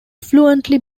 fluently